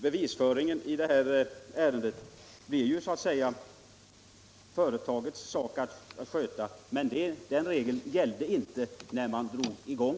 Bevisföringen blir så att säga deras sak, men den regeln gällde inte när projektet drogs i gång.